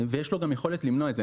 יש לו גם יכולת למנוע את זה.